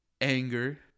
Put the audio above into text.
anger